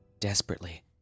Desperately